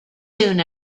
soon